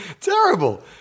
terrible